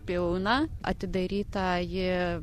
pilna atidaryta ji